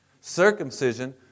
Circumcision